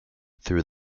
through